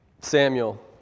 Samuel